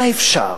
היה אפשר